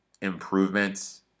improvements